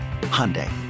Hyundai